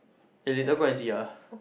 eh later go and see yeah